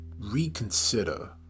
reconsider